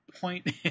point